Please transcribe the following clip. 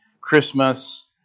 Christmas